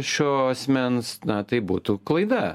šio asmens na tai būtų klaida